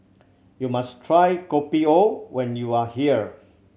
you must try Kopi O when you are here